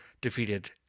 defeated